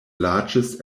largest